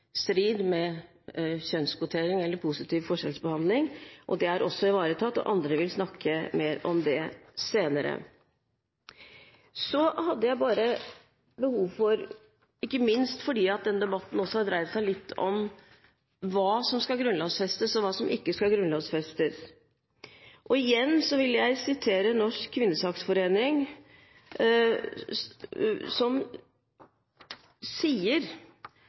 strid med kjønnskvotering eller positiv forskjellsbehandling. Det er også ivaretatt, og andre vil snakke mer om det senere. Siden debatten også har dreid seg litt om hva som skal grunnlovfestes og hva som ikke grunnlovfestes, har jeg ikke minst behov for å si noe om det. Igjen vil jeg sitere Norsk Kvinnesaksforening, som sier